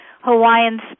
Hawaiian